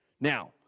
Now